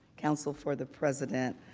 counsel for the president.